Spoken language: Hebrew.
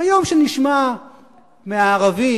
ביום שנשמע מהערבים,